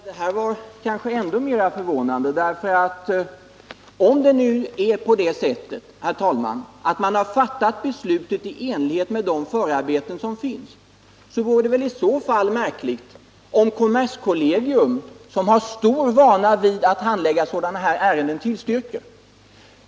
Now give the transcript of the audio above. Herr talman! Detta var kanske ännu mera förvånande. Om det nu är på det sättet att man har fattat beslutet i enlighet med de förarbeten som finns, vore det då inte märkligt om kommerskollegium, som har stor vana vid att handlägga sådana här ärenden, tillstyrker.